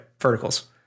verticals